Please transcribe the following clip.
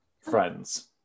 friends